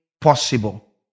possible